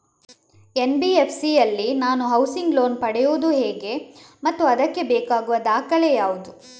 NBFC ಯಲ್ಲಿ ನಾನು housing loan ಪಡೆಯುದು ಹೇಗೆ ಮತ್ತು ಅದಕ್ಕೆ ಬೇಕಾಗುವ ದಾಖಲೆ ಯಾವುದು?